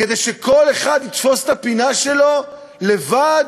כדי שכל אחד יתפוס את הפינה שלו לבד?